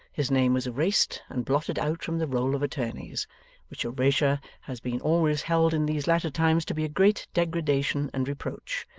his name was erased and blotted out from the roll of attorneys which erasure has been always held in these latter times to be a great degradation and reproach,